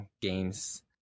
games